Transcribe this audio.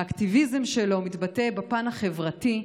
האקטיביזם שלו מתבטא בפן החברתי.